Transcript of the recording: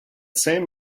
same